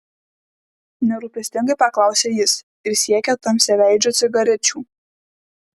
nerūpestingai paklausė jis ir siekė tamsiaveidžio cigarečių